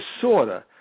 disorder